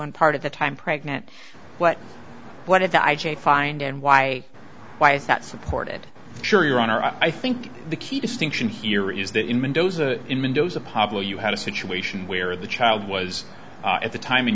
two part of the time pregnant what what is the i j find and why why is that supported sure your honor i think the key distinction here is that in mendoza in mendoza pablo you had a situation where the child was at the time in